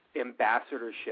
ambassadorship